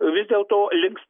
vis dėlto liks